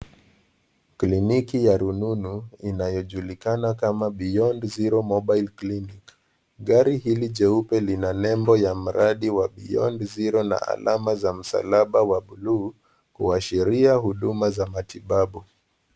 Kliniki ya rununu inayojulikana kama Beyond Zero Mobile Clinic gari hili cheupe linalembo ya mradi wa Beyond Zero na alama za msalaba wa bluu kuashiria huduma za matibabu.